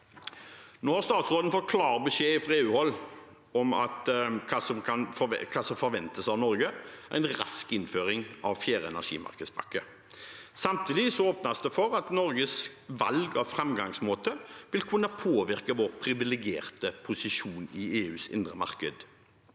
Nå har statsråden fått klar beskjed fra EU-hold om hva som forventes av Norge: en rask innføring av fjerde energimarkedspakke. Samtidig åpnes det for at Norges valg av framgangsmåte vil kunne påvirke vår privilegerte posisjon i EUs indre marked.